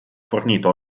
fornito